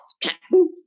Captain